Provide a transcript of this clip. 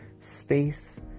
space